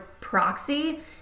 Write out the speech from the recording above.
proxy